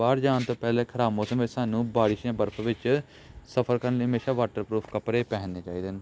ਬਾਹਰ ਜਾਣ ਤੋਂ ਪਹਿਲਾਂ ਖਰਾਬ ਮੌਸਮ ਵਿੱਚ ਸਾਨੂੰ ਬਾਰਿਸ਼ ਜਾਂ ਬਰਫ ਵਿੱਚ ਸਫਰ ਕਰਨ ਲਈ ਹਮੇਸ਼ਾ ਵਾਟਰਪਰੂਫ ਕੱਪੜੇ ਪਹਿਨਣੇ ਚਾਹੀਦੇ ਨੇ